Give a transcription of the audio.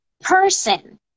person